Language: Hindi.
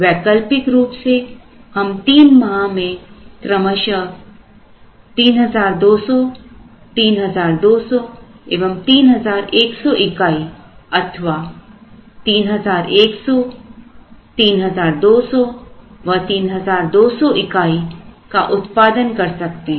वैकल्पिक रूप से हम तीन माह में क्रमशः 3200 3200 एवं 3100 इकाई अथवा 3100 3200 व 3200 इकाई का उत्पादन कर सकते हैं